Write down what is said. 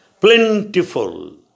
plentiful